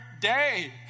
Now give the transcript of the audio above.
day